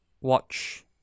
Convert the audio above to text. Watch